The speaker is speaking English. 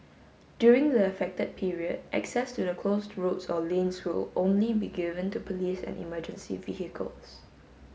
during the affected period access to the closed roads or lanes will only be given to police and emergency vehicles